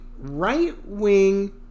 right-wing